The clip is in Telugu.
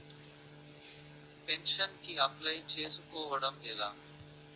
పెన్షన్ కి అప్లయ్ చేసుకోవడం ఎలా?